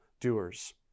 doers